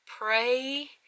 pray